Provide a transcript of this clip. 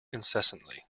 incessantly